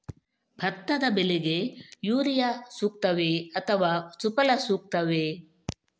ಭತ್ತದ ಬೆಳೆಗೆ ಯೂರಿಯಾ ಸೂಕ್ತವೇ ಅಥವಾ ಸುಫಲ ಸೂಕ್ತವೇ?